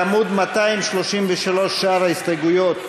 בעמוד 233 שאר ההסתייגויות,